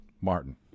Martin